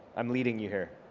i'm leading you here.